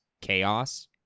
chaos